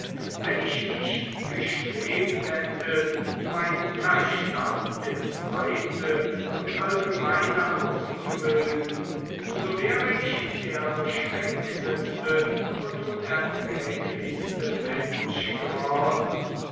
wenn ich nicht gestrebt hätte meinen verstand ins weite und allgemeine auszubilden so wäre ich der beschränkteste und unerträglichste mensch geworden